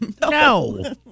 No